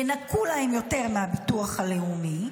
ינכו להן יותר מהביטוח הלאומי,